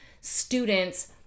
students